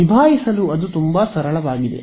ನಿಭಾಯಿಸಲು ಅದು ತುಂಬಾ ಸರಳವಾಗಿದೆ